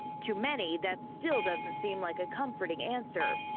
to many, that still doesn't seem like a comforting answer.